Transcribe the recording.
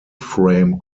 frame